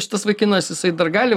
šitas vaikinas jisai dar gali